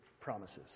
promises